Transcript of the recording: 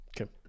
Okay